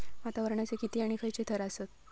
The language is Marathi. वातावरणाचे किती आणि खैयचे थर आसत?